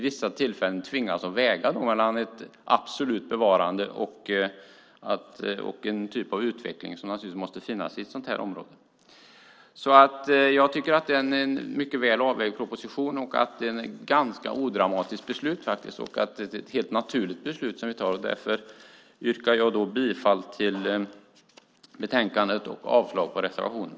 Man tvingas att väga ett absolut bevarande mot en utveckling som naturligtvis måste finnas i ett område som detta. Jag tycker att detta är en väl avvägd proposition. Det är ett ganska odramatiskt beslut, ett helt naturligt beslut, som vi tar. Därför yrkar jag bifall till utskottets förslag och avslag på reservationen.